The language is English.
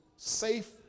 safe